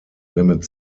limit